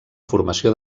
formació